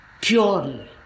purely